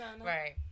Right